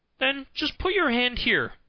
then just put your hand here,